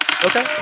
Okay